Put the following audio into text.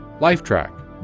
lifetrack